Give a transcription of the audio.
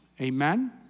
Amen